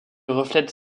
reflète